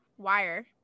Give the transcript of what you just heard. wire